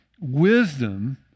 wisdom